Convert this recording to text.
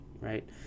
right